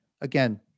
again